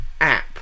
app